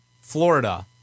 Florida